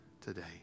today